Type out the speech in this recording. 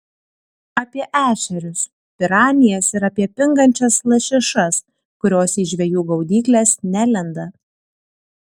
apie ešerius piranijas ir apie pingančias lašišas kurios į žvejų gaudykles nelenda